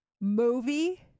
Movie